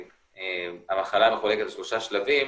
המחלה מחולקת בשלושה שלבים,